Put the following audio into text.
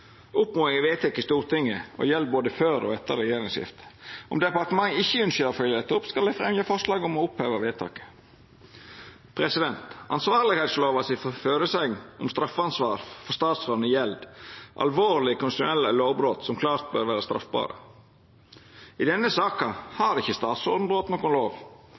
er vedteken i Stortinget og gjeld både før og etter regjeringsskiftet. Om departementet ikkje ynskjer å følgja dette opp, skal dei forlengja forslaget om å oppheva vedtaket. Ansvarlegheitslovas føresegn om straffansvar for statsrådane gjeld alvorlege konstitusjonelle lovbrot som klart bør vera straffbare. I denne saka har ikkje statsråden brote noka lov